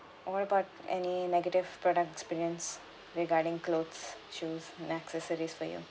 what about any negative product experience regarding clothes shoes and accessories for you